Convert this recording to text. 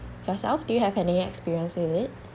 yourself do you have any experience with it